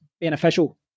beneficial